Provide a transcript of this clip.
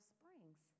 Springs